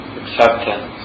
acceptance